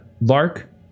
Lark